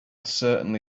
certainly